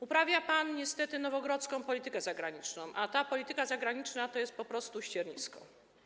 Uprawia pan niestety nowogrodzką politykę zagraniczną, a ta polityka zagraniczna to jest po prostu ściernisko.